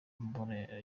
amabara